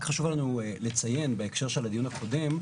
רק חשוב לנו לציין בהקשר של הדיון הקודם,